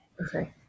Okay